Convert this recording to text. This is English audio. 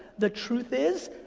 the truth is,